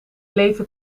leven